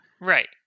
Right